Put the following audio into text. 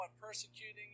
persecuting